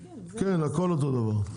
כן, הכול אותו דבר.